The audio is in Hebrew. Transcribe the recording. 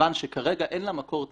כיוון שכרגע אין לה מקור תקציבי.